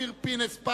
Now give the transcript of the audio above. אופיר פינס?